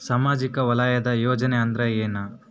ಸಾಮಾಜಿಕ ವಲಯದ ಯೋಜನೆ ಅಂದ್ರ ಏನ?